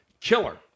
killer